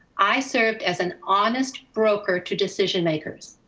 i served as an honest broker to decision makers.